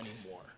anymore